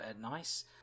nice